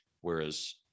whereas